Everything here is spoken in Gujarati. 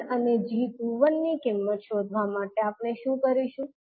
હવે 𝐠11 અને 𝐠21 ની કિંમત શોધવા માટે આપણે શું કરીશું